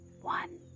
One